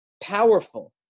powerful